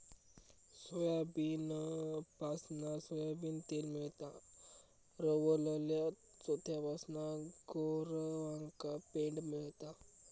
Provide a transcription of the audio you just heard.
सोयाबीनपासना सोयाबीन तेल मेळता, रवलल्या चोथ्यापासना गोरवांका पेंड मेळता